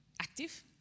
active